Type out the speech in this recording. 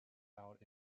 out